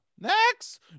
Next